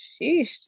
Sheesh